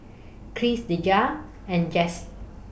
Crissie Deja and Jesse